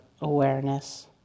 awareness